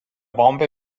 bombay